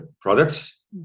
products